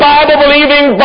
Bible-believing